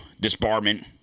disbarment